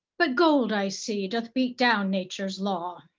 but gold i see doth beat down nature's law.